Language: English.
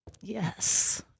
Yes